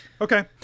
Okay